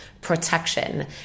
protection